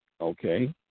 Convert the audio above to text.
Okay